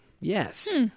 Yes